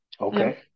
Okay